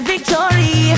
Victory